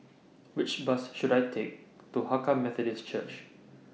Which Bus should I Take to Hakka Methodist Church